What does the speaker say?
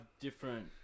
different